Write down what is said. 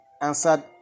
answered